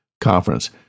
conference